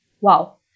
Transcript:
wow